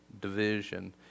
division